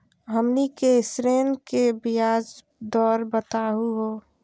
हमनी के ऋण के ब्याज दर बताहु हो?